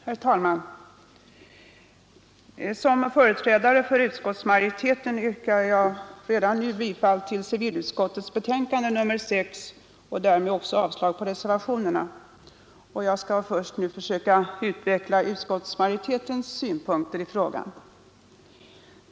Herr talman! Som företrädare för utskottsmajoriteten yrkar jag redan nu bifall till civilutskottets betänkande nr 6 och därmed också avslag på reservationerna. Jag skall till att börja med försöka utveckla utskottsmajoritetens synpunkter i frågan.